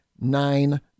nine